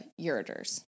ureters